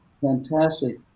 fantastic